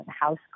house